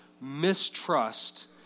mistrust